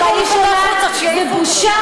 לשרה במדינת ישראל.